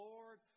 Lord